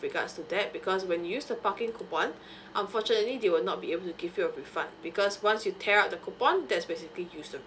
with regards to that because when you use the parking coupon unfortunately they will not be able to give you a refund because once you tear up the coupon that's basically used